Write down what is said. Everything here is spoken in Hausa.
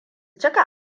cika